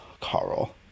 Carl